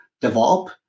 develop